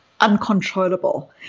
uncontrollable